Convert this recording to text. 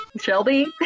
Shelby